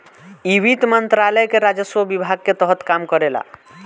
इ वित्त मंत्रालय के राजस्व विभाग के तहत काम करेला